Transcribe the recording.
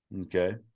Okay